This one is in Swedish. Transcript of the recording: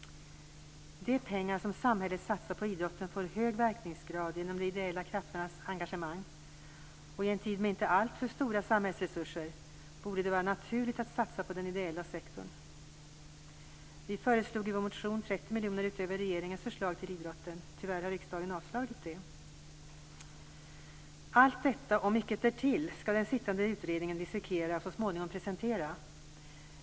De pengar som samhället satsar på idrotten får hög verkningsgrad genom de ideella krafternas engagemang. I en tid med inte alltför stora samhällsresurser borde det vara naturligt att satsa på den ideella sektorn. Vi föreslog i vår motion att 30 miljoner utöver regeringens förslag skulle gå till idrotten. Tyvärr har riksdagen avslagit det. Allt detta och mycket därtill skall den sittande utredningen dissekera och så småningom presentera.